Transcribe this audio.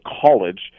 college